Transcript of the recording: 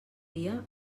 dia